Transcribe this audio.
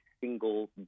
single